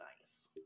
nice